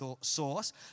source